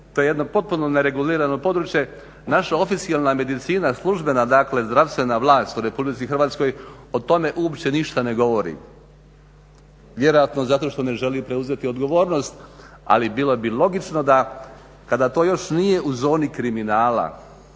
to je jedno potpuno neregulirano područje. Naša oficijelna medicina, službena dakle zdravstvena vlast u Republici Hrvatskoj o tome uopće ništa ne govori, vjerojatno zato što ne želi preuzeti odgovornost. Ali bilo bi logično da kada to još nije u zoni kriminala,